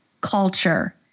culture